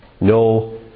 no